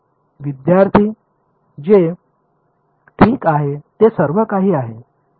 विद्यार्थी जे ठीक आहे ते सर्व काही आहे